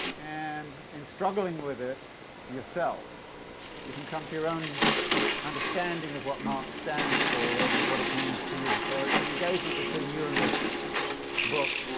and in struggling with it yourself you can come to your own understanding of what marx stands for and what it means to you. so it's an engagement between you and this book,